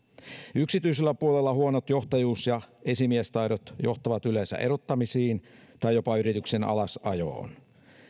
yksityisellä puolella huonot johtajuus ja esimiestaidot johtavat yleensä erottamisiin tai jopa yrityksen alasajoon